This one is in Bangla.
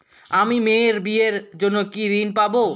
আমি মেয়ের বিয়ের জন্য কি ঋণ পাবো?